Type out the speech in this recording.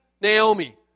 Naomi